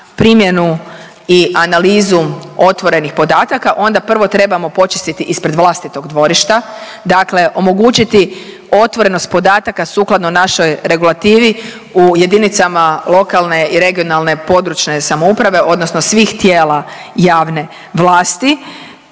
primjenu i analizu otvorenih podataka onda prvo trebamo počistiti ispred vlastitog dvorišta, dakle omogućiti otvorenost podatka sukladno našoj regulativi u jedinicama lokalne i regionalne, područne samouprave odnosno svih tijela javne vlasti,